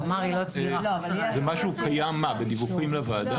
זה משהו קיים בדיווחים לוועדה?